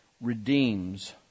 redeems